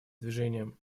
движением